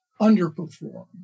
underperform